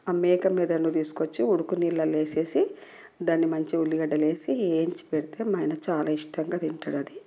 ఆ మేక మెదడును తీసుకొచ్చి ఉడుకు నీళ్లలో వేసేసి దాన్ని మంచిగా ఉల్లిగడ్డ వేసి వేయించి పెడితే మా ఆయన చాలా ఇష్టంగా తింటాడు అది